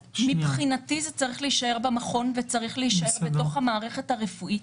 מבחינתי זה צריך להישאר במכון וצריך להישאר בתוך המערכת הרפואית,